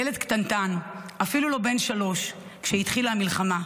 ילד קטנטן, אפילו לא בן שלוש כשהתחילה המלחמה,